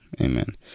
amen